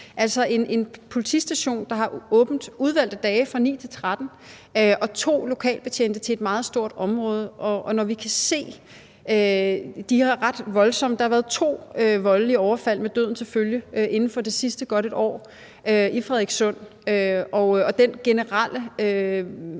om en politistation, der har åbent på udvalgte dage fra 9 til 13, og to lokalbetjente til et meget stort område. Og når vi kan se de her ret voldsomme ting – der har været to voldelige overfald med døden til følge inden for det sidste år i Frederikssund, og den generelle